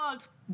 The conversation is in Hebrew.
וולט,